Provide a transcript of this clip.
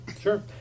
Sure